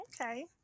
Okay